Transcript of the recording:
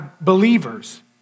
believers